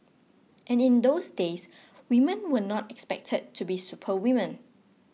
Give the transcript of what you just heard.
and in those days women were not expected to be superwomen